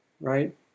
right